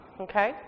okay